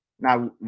Now